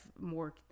more